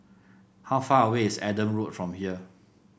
how far away is Adam Road from here